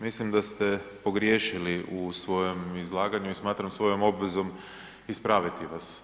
Mislim da ste pogriješili u svojem izlaganju i smatram svojom obvezom ispraviti vas.